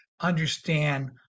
understand